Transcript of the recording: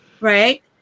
right